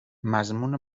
مضمون